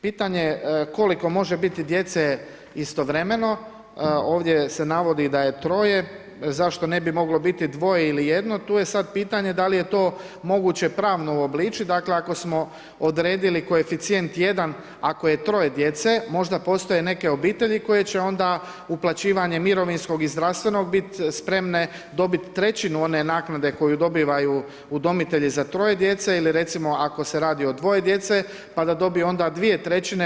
Pitanje je koliko može biti djece istovremeno, ovdje se navodi da je 3, zašto ne bi moglo biti dvoje ili jedno, tu je sada pitanje, da li je to moguće pravno uobličiti dakle, ako smo odredili koeficijent 1 ako je 3 djece, možda postoje neke obitelji koji će onda uplaćivanje mirovinskog i zdravstvenog biti spreman, dobiti trećinu one naknade, koje dobivaju udomitelji za troje djece ili recimo ako se radi o dvoje djece, pa da dobiju onda 2/